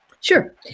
Sure